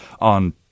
on